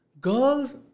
Girls